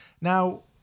Now